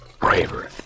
Braver